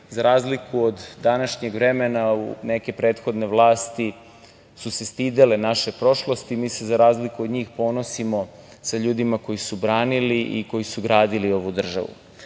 razliku od današnjeg vremena, neke prethodne vlasti su se stidele naše prošlosti. Mi se za razliku od njih ponosimo ljudima koji su branili i koji su gradili ovu državu. Dakle,